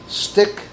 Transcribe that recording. stick